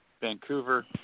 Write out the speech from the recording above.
Vancouver